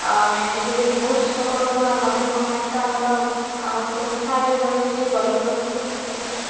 ଆଉ ଆମେ ବିଜେଡ଼ିକୁ ବହୁତ ସପୋର୍ଟ କରୁ ଆମ ନବୀନ ପଟ୍ଟନାୟକ ତ ଆମର ଆମକୁ ବହୁତ ସାହାଯ୍ୟ କରିଛି ଗରିବ ଲୋକଙ୍କୁ ସ୍ପେଶାଲି